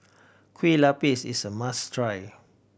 Kueh Lapis is a must try